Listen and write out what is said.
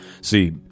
See